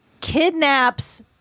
Kidnaps